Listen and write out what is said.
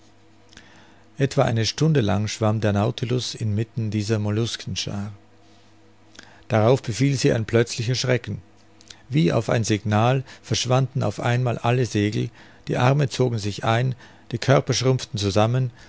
etwa eine stunde lang schwamm der nautilus in mitten dieser molluskenschaar darauf befiel sie ein plötzlicher schrecken wie auf ein signal verschwanden auf einmal alle segel die arme zogen sich ein die körper schrumpften zusammen